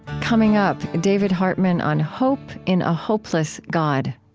coming up, david hartman on hope in a hopeless god.